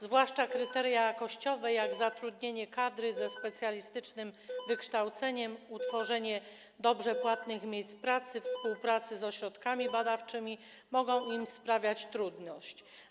Zwłaszcza kryteria jakościowe jak zatrudnienie kadry ze specjalistycznym wykształceniem, utworzenie dobrze płatnych miejsc pracy, współpraca z ośrodkami badawczymi mogą im sprawiać trudność.